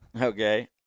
Okay